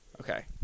Okay